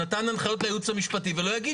שנתן הנחיות לייעוץ המשפטי ולא יגיד